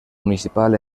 municipal